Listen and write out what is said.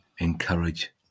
encourage